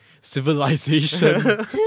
civilization